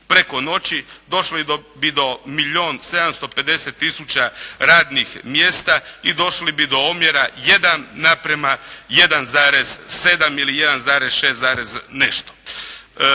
preko noći došli bi do milijun 750000 radnih mjesta i došli bi do omjera 1:1,7 ili 1,6 zarez